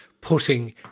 putting